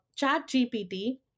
ChatGPT